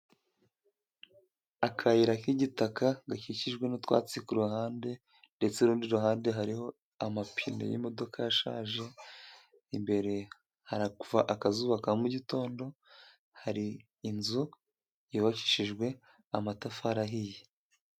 Akayira k'igitaka gakikijwe n'utwatsi ku ruhande ndetse urundi ruhande hariho, amapine y'imodoka yashaje imbere hari kuva, akazuba ka mugitondo, hari inzu yubakishijwe, amatafari ahiye.